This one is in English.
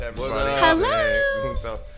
Hello